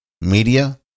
media